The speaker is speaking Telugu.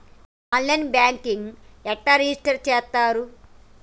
ఆన్ లైన్ బ్యాంకింగ్ ఎట్లా రిజిష్టర్ చేత్తరు?